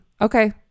Okay